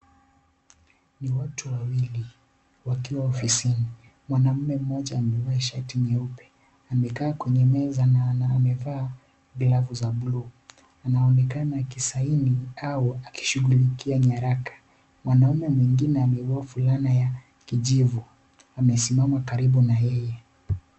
Ni watu wawili wakiwa ofisini, mwanaume mmoja amevaa shati nyeupe amekaa kwenye meza na amevaa glavu za buluu, anaonekana akisaini au akishughulikia nyaraka, mwanaume mwingine amevaa fulana ya kijivu, amesimama karibu na yeye.